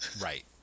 Right